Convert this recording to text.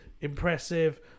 impressive